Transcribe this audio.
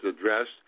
addressed